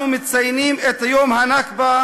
אנחנו מציינים את יום הנכבה,